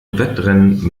wettrennen